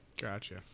gotcha